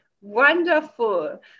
Wonderful